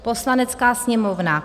Poslanecká sněmovna